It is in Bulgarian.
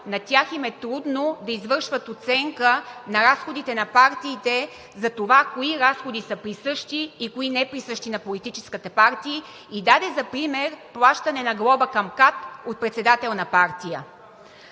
на тях им е трудно да извършват оценка на разходите на партиите за това кои разходи са присъщи и кои неприсъщи на политическата партия и даде за пример плащане на глоба на КАТ от председател на партия.